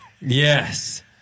Yes